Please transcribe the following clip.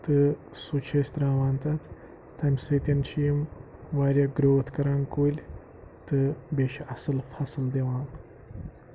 تہٕ سُہ چھِ أسۍ تراوان تَتھ تَمہِ سۭتۍ چھِ یِم واریاہ گروتھ کران کُلۍ تہٕ بیٚیہِ چھِ اَصٕل فصٕل دِوان